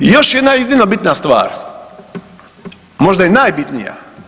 I još jedna iznimno bitna stvar možda i najbitnija.